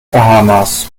bahamas